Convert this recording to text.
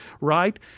right